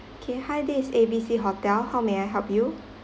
okay hi this is A_B_C hotel how may I help you